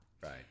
Right